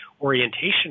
orientation